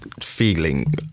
Feeling